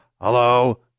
Hello